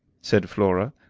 said flora,